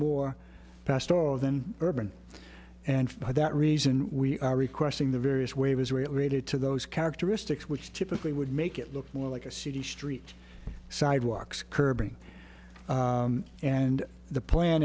more passed or than urban and that reason we are requesting the various way of israel related to those characteristics which typically would make it look more like a city street sidewalks curbing and the plan